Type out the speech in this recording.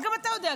וגם אתה יודע,